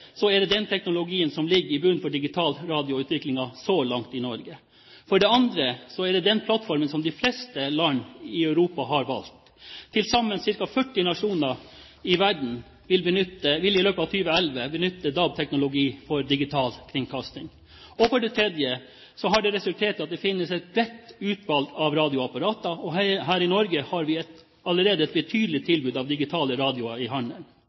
er det den teknologien som ligger i bunnen for digitalradioutviklingen så langt i Norge. For det andre er det den plattformen som de fleste land i Europa har valgt. Til sammen ca. 40 nasjoner i verden vil i løpet av 2011 benytte DAB-teknologi for digital kringkasting. For det tredje har det resultert i at det finnes et bredt utvalg av radioapparater, og her i Norge har vi allerede et betydelig tilbud av digitale radioer i